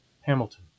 Hamilton